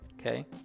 okay